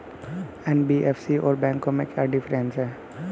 NBFC और बैंकों में क्या डिफरेंस है?